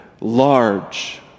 large